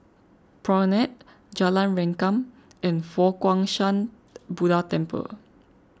Promenade Jalan Rengkam and Fo Guang Shan Buddha Temple